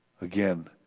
again